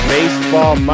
Baseball